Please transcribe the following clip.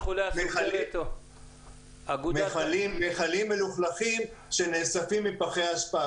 אגודת חולי הסכרת ----- מיכלים מלוכלכים שנאספים מפחי אשפה,